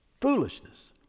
Foolishness